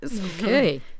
Okay